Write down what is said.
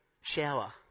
shower